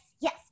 yes